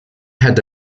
had